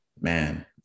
man